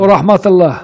ורחמת אללה.